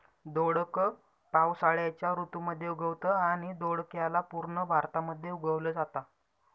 दोडक पावसाळ्याच्या ऋतू मध्ये उगवतं आणि दोडक्याला पूर्ण भारतामध्ये उगवल जाता